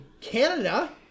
Canada